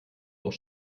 auch